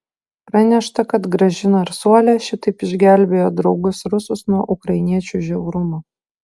pranešta kad graži narsuolė šitaip išgelbėjo draugus rusus nuo ukrainiečių žiaurumo